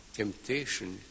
temptation